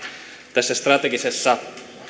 tässä strategisessa